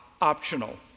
optional